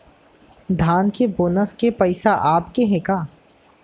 धान के बोनस के पइसा आप गे हे का?